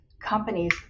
companies